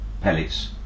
pellets